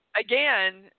again